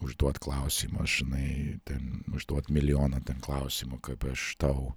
užduot klausimą žinai ten užduot milijoną ten klausimų kaip aš tau